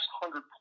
hundred